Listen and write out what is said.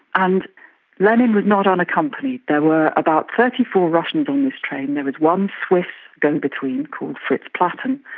and lenin was not unaccompanied. there were about thirty four russians on this train. there was one swiss go-between called fritz platten,